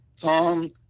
Tom